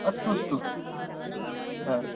अस्तु अस्तु हा